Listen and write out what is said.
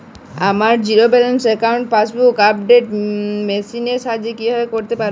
আমার zero balance অ্যাকাউন্টে passbook update machine এর সাহায্যে কীভাবে করতে পারব?